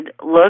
look